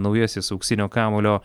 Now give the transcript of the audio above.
naujasis auksinio kamuolio